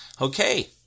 Okay